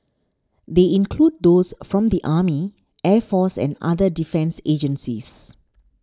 they include those from the army air force and other defence agencies